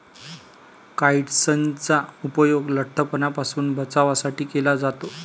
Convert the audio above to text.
काइट्सनचा उपयोग लठ्ठपणापासून बचावासाठी केला जातो